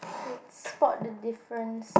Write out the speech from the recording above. it's spot the difference